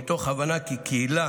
מתוך הבנה כי קהילה